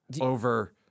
over